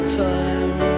time